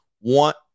want